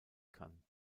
kann